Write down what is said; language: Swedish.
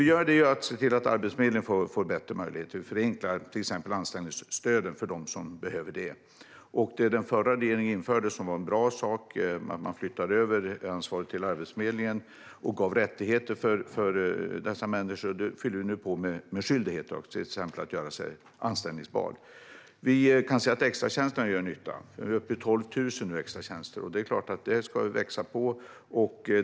Vi ser till att Arbetsförmedlingen får bättre möjligheter, till exempel genom ett förenklat anställningsstöd för dem som behöver det. Den förra regeringen införde en bra sak, nämligen att föra över ansvaret till Arbetsförmedlingen och ge dessa människor rättigheter. Det fylls nu på med skyldigheter, till exempel att göra sig anställbar. Vi kan se att extratjänsterna gör nytta. Vi är nu uppe i 12 000 extratjänster, och det antalet ska såklart växa.